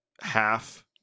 half